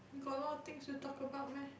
we got a lot of things to talk about meh